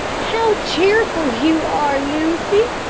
how cheerful you are, lucy,